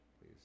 please